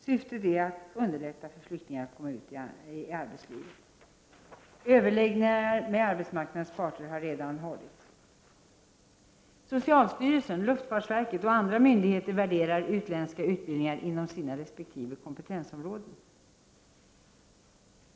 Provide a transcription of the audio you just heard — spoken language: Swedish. Syftet är att underlätta för flyktingar att komma ut i arbetslivet. Överläggningar med arbetsmarknadens parter har redan hållits. Socialstyrelsen, luftfartsverket och andra myndigheter värderar utländska utbildningar inom sina resp. kompetensområden.